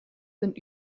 sind